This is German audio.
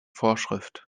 vorschrift